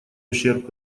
ущерб